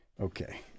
Okay